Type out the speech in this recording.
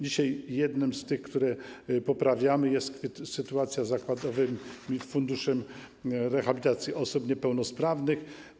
Dzisiaj jedną z tych, które poprawiamy, jest sytuacja z zakładowym funduszem rehabilitacji osób niepełnosprawnych.